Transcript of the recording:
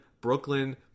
Brooklyn